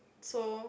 so